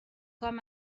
com